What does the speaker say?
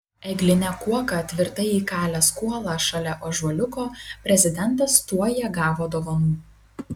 egline kuoka tvirtai įkalęs kuolą šalia ąžuoliuko prezidentas tuoj ją gavo dovanų